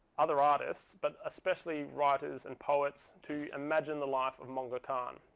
other artists, but especially writers and poets, to imagine the life of monga khan.